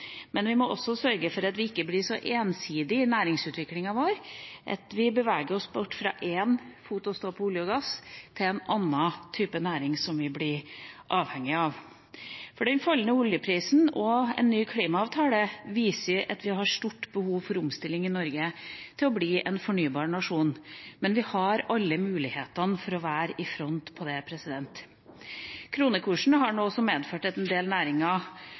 Men vi må også sørge for at vi ikke blir så ensidige i næringsutviklinga vår at vi går fra å ha én fot å stå på i olje og gass til å bli avhengig av en annen type næring. Den fallende oljeprisen og en ny klimaavtale viser at vi har stort behov for omstilling i Norge til å bli en fornybar nasjon. Her har vi alle muligheter til å være i front. Kronekursen har også medført at en del næringer